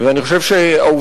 ואני חושב שהעובדה,